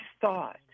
thought